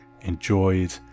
enjoyed